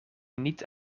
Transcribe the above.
niet